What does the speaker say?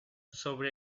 sobre